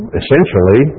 essentially